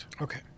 okay